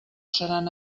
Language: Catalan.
seran